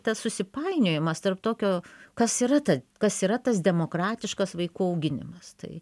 tas susipainiojimas tarp tokio kas yra ta kas yra tas demokratiškas vaikų auginimas tai